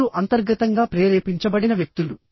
వీరు అంతర్గతంగా ప్రేరేపించబడిన వ్యక్తులు